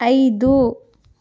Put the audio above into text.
ಐದು